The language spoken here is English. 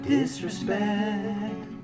Disrespect